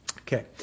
Okay